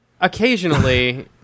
Occasionally